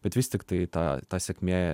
bet vis tiktai ta ta sėkmė